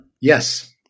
Yes